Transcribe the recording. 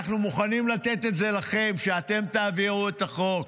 אנחנו מוכנים לתת את זה לכם, שאתם תעבירו את החוק,